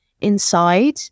inside